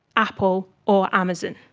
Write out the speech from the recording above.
apple or amazon.